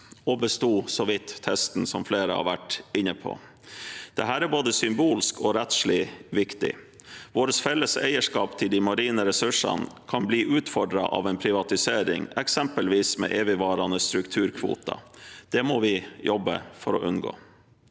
og besto så vidt testen – som flere har vært inne på. Dette er både symbolsk og rettslig viktig. Vårt felles eierskap til de marine ressursene kan bli utfordret av en privatisering, eksempelvis med evigvarende strukturkvoter. Det må vi jobbe for å unngå.